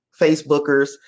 Facebookers